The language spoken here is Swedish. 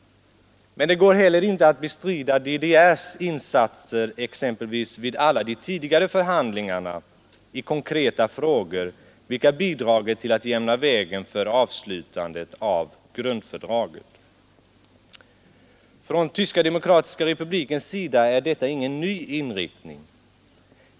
Men det går heller inte att bestrida DDR:s insatser, exempelvis vid alla de tidigare förhandlingarna i konkreta frågor, vilka bidragit till att jämna vägen för slutandet av grundfördraget Från Tyska demokratiska republikens sida är detta ingen ny inriktning.